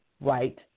right